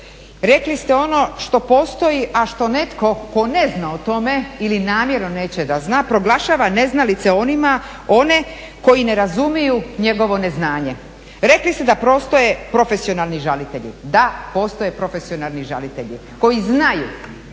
Rekli ste ono što postoji a što netko tko ne zna o tome ili namjerno neće da zna proglašava neznalice onima, one koji ne razumiju njegovo ne znanje. Rekli ste da postoje profesionalni žalitelji, da postoje profesionalni žalitelji koji znaju